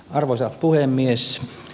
arvoisa puhemies